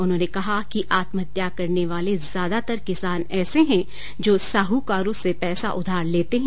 उन्होंने कहा कि आत्महत्या करने वाले ज्यादातर किसान ऐसे हैं जो साहकारों से पैसा उधार लेते हैं